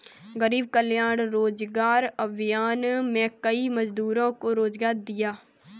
गरीब कल्याण रोजगार अभियान में कई मजदूरों को रोजगार दिया